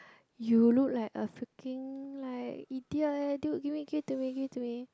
you look like a freaking like idiot leh you dude give it to me give it to me